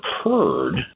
occurred